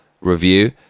review